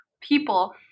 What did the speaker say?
people